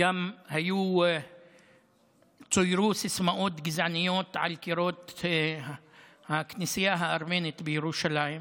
גם צוירו סיסמאות גזעניות על קירות הכנסייה הארמנית בירושלים.